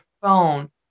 phone